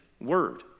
word